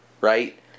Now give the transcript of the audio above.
right